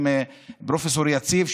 עם פרופ' יציב,